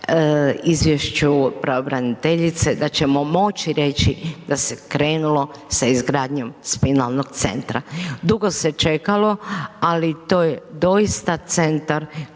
izvješću pravobraniteljice, da ćemo moći reći da se krenulo s izgradnjom spinalnog centra. Dugo se čekalo, ali to je doista centar